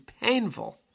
painful